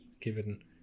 Given